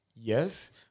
Yes